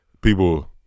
people